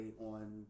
on